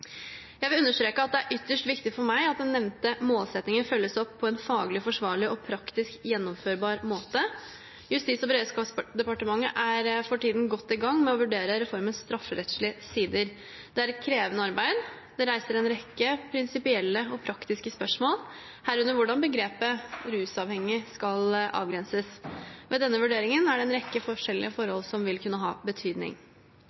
Jeg vil understreke at det er ytterst viktig for meg at den nevnte målsettingen følges opp på en faglig forsvarlig og praktisk gjennomførbar måte. Justis- og beredskapsdepartementet er for tiden godt i gang med å vurdere reformens strafferettslige sider. Det er et krevende arbeid, og det reiser en rekke prinsipielle og praktiske spørsmål, herunder hvordan begrepet «rusavhengig» skal avgrenses. Ved denne vurderingen er det en rekke forskjellige